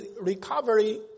recovery